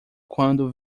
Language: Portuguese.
quando